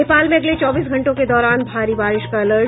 नेपाल में अगले चौबीस घंटों के दौरान भारी बारिश का अलर्ट